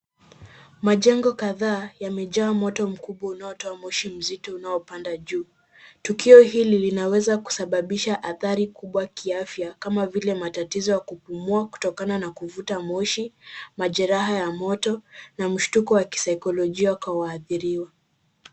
Majengo kadhaa yamejaa moto mkubwa unaotoa moshi mzito unaopanda juu. Tukio hili linaweza kusababisha athari kubwa kiafya kama vile matatizo ya kupumua kutokana na kuvuta moshi, majeraha ya moto, na mshtuko wa kisaikolojia kwa waathiriwa.